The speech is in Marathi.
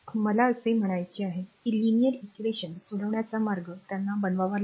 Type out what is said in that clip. मला असे म्हणायचे आहे की रेषीय समीकरण सोडवण्याचा मार्ग त्यांना बनवावा लागेल